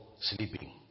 sleeping